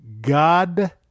God